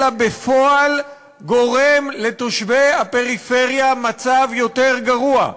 אלא בפועל גורם לתושבי הפריפריה מצב יותר גרוע.